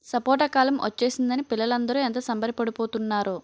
సపోటా కాలం ఒచ్చేసిందని పిల్లలందరూ ఎంత సంబరపడి పోతున్నారో